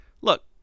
look